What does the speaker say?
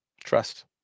trust